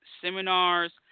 seminars